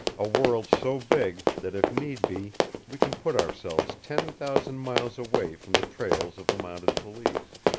a world so big that if need be we can put ourselves ten thousand miles away from the trails of the mounted police.